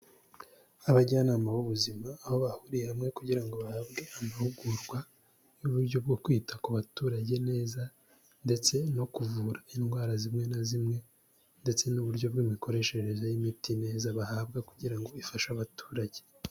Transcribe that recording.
Abajyanama b'ubuzima aho bahuriye hamwe kugira ngo bahabwe amahugurwa y'uburyo bwo kwita ku baturage neza, ndetse no kuvura indwara zimwe na zimwe ndetse n'uburyo bw'imikoreshereze y'imiti neza bahabwa kugira ngo ifashe abaturage.